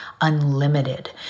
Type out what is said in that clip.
unlimited